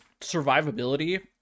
survivability